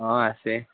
অঁ আছে